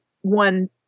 one